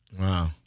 Wow